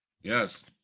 Yes